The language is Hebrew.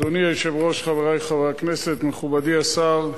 אדוני היושב-ראש, חברי חברי הכנסת, מכובדי השר,